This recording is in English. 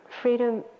Freedom